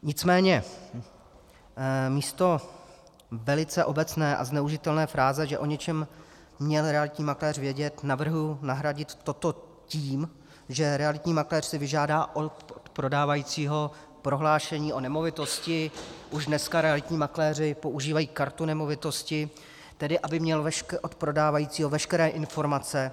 Nicméně místo velice obecné a zneužitelné fráze, že o něčem měl realitní makléř vědět, navrhuji nahradit toto tím, že realitní makléř si vyžádá od prodávajícího prohlášení o nemovitosti; už dneska realitní makléři používají kartu nemovitosti, tedy aby měl od prodávajícího veškeré informace.